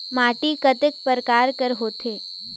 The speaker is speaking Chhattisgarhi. माटी कतेक परकार कर होथे?